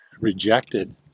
rejected